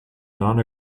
non